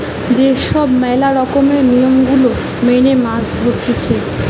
যে সব ম্যালা রকমের নিয়ম গুলা মেনে মাছ ধরতিছে